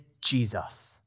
Jesus